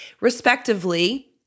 respectively